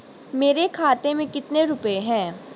मेरे खाते में कितने रुपये हैं?